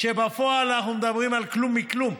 ובפועל אנחנו מדברים על כלום מכלום,